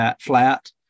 flat